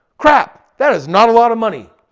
crap, that is not a lot of money.